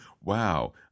wow